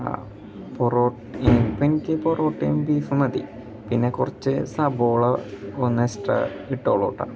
പൊറോട്ടയും ഇപ്പം എനിക്ക് പൊറോട്ടയും ബീഫും മതി പിന്നെ കുറച്ച് സബോള ഒന്ന് എക്സ്ട്രാ ഇട്ടോളൂ കേട്ടോ